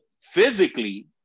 physically